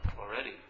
already